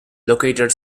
located